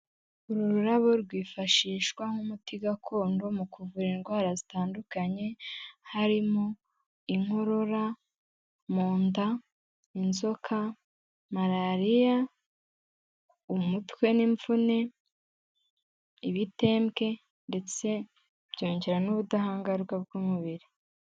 Uru rurabo rwifashishwa nk'umuti gakondo mu kuvura indwara zitandukanye, harimo inkorora, mu nda, inzoka, malariya, umutwe n'imvune, ibitembwe ndetse byongera n'ubudahangarwa bw'umubiri.